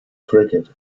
cricket